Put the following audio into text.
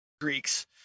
greeks